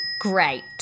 great